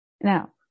Now